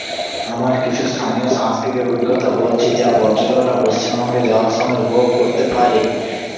আমার কিছু স্থানীয় সাংস্কৃতিক অভিজ্ঞতা বলছি যা পর্যটকরা পশ্চিমবঙ্গে যাওয়ার সময় উপভোগ করতে পারে